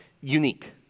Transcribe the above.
unique